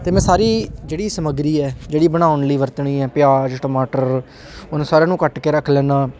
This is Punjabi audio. ਅਤੇ ਮੈਂ ਸਾਰੀ ਜਿਹੜੀ ਸਮੱਗਰੀ ਹੈ ਜਿਹੜੀ ਬਣਾਉਣ ਲਈ ਵਰਤਣੀ ਹੈ ਪਿਆਜ ਟਮਾਟਰ ਉਹਨਾਂ ਸਾਰਿਆਂ ਨੂੰ ਕੱਟ ਕੇ ਰੱਖ ਲੈਂਦਾ